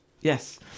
Yes